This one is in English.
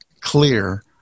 clear